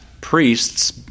priests